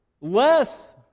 less